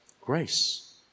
grace